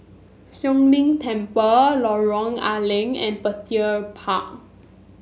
Siong Lim Temple Lorong A Leng and Petir Park